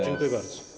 Dziękuję bardzo.